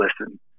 listen